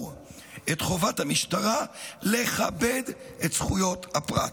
את חובת המשטרה לכבד את זכויות הפרט".